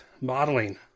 Modeling